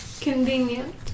Convenient